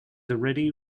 already